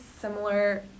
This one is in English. similar